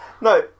No